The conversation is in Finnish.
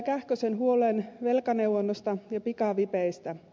kähkösen huoleen velkaneuvonnasta ja pikavipeistä